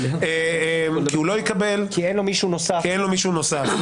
כי אין לו מישהו נוסף,